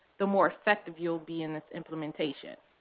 the more effective you'll be in this implementation.